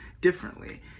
differently